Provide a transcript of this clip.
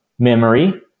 memory